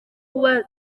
wubatswe